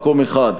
מקום אחד.